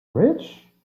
rich